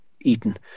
eaten